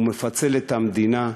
הוא מפצל את המדינה.